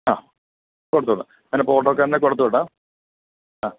ആ കൊടുത്തു വിടാം ഞാൻ ഇപ്പോൾ ഓട്ടോക്കാരൻ്റെയിൽ കൊടുത്തുവിടാം ആ